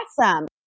awesome